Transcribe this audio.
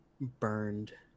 burned